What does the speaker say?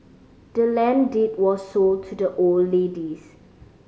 the land deed was sold to the old ladies